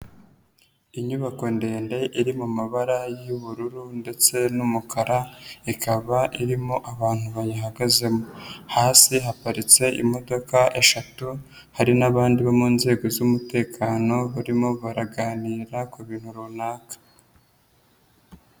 Inyubako ndende iri mu mabara y'ubururu ndetse n'umukara, ikaba irimo abantu bayihagazemo. Hasi haparitse imodoka eshatu, hari n'abandi bo mu nzego z'umutekano, barimo baraganira ku bintu runaka.